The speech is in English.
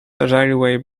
railway